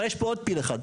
אבל, יש פה עוד פיל אחד,